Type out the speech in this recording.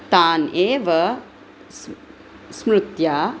तान् एव स्मृत्या